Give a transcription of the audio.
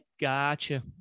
gotcha